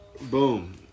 Boom